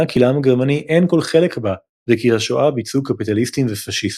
כי לעם הגרמני אין כל חלק בה וכי את השואה ביצעו קפיטליסטים ופשיסטים.